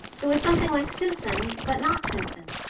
it was something like simpson, but not simpson.